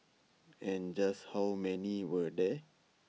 and just how many were there